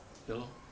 ya lor